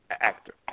actor